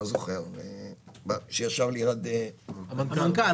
אני לא זוכר את שמו --- המנכ"ל,